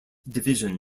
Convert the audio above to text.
division